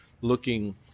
looking